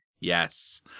yes